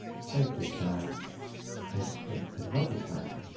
save this tag and create another tag.